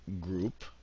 group